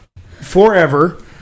forever